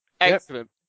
Excellent